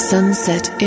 Sunset